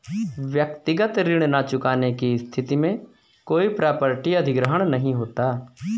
व्यक्तिगत ऋण न चुकाने की स्थिति में कोई प्रॉपर्टी अधिग्रहण नहीं होता